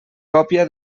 còpia